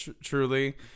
truly